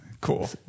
cool